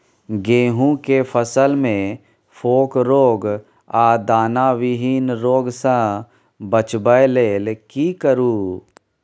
गेहूं के फसल मे फोक रोग आ दाना विहीन रोग सॅ बचबय लेल की करू?